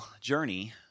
journey